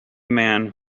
man